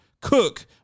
cook